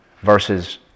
versus